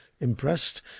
impressed